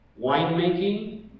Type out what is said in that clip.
winemaking